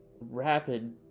rapid